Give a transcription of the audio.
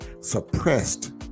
suppressed